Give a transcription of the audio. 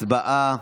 הצבעה.